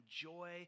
joy